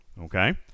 Okay